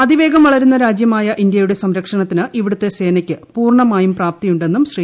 അതിവേഗം വളരുന്ന രാജ്യമായ ഇന്ത്യയുടെ സംരക്ഷണത്തിന് ഇവിടുത്തെ സേനയ്ക്ക് പൂർണമായും പ്രാപ്തിയുണ്ടെന്നും ശ്രീ